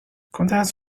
contacts